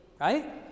right